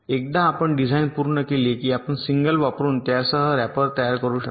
एकदा आपण डिझाइन पूर्ण केले की आपण सिंगल वापरुन त्यासह रॅपर तयार करू शकता